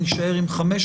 נישאר עם 15,